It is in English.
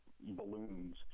balloons